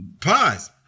Pause